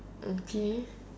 and pee